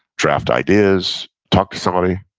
draft ideas, talk to somebody.